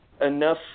enough